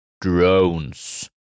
drones